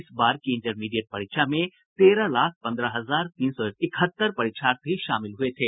इस बार की इंटरमीडिएट परीक्षा में तेरह लाख पंद्रह हजार तीन सौ इकहत्तर परीक्षार्थी शामिल हुये थे